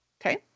Okay